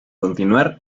continuar